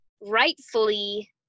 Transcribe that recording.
rightfully